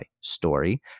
story